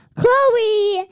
Chloe